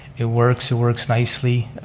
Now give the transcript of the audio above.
it works, it works nicely.